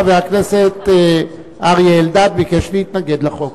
חבר הכנסת אריה אלדד ביקש להתנגד לחוק.